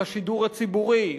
על השידור הציבורי,